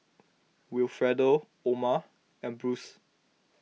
Wilfredo Oma and Bruce